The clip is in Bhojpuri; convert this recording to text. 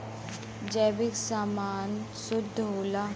जैविक समान शुद्ध होला